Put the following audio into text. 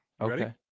Okay